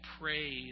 praise